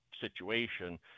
situation